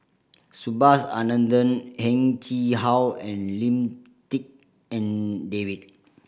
Subhas Anandan Heng Chee How and Lim Tik En David